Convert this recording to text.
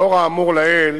לאור האמור לעיל